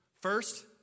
First